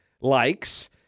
likes